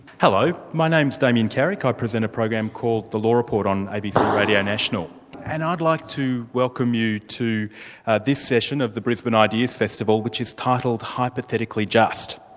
hello, my name's damien carrick, i present a program called the law report on abc radio national, and i'd like to welcome you to this session of the brisbane ideas festival, which is titled hypothetically just.